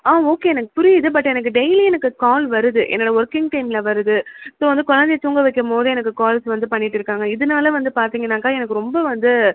ஆ okay எனக்கு புரியுது but எனக்கு டெய்லி எனக்கு கால் வருது என்னோடய ஒர்க்கிங் டைமில் வருது ஸோ வந்து கொழந்தைய தூங்க வைக்கும் போது எனக்கு கால்ஸ் வந்து பண்ணிகிட்டு இருக்காங்க இதனால வந்து பார்த்திங்கன்னாக்க எனக்கு ரொம்ப வந்து